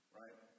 right